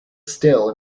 still